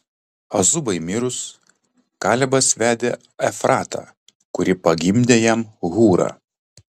azubai mirus kalebas vedė efratą kuri pagimdė jam hūrą